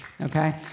Okay